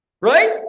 Right